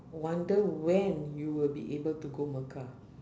wonder when you will be able to go mecca